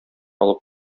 алып